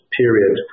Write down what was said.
period